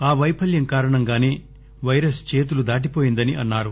ఆ పైఫల్యం కారణంగానే వైరస్ చేతులు దాటి పోయిందని అన్నారు